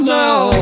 now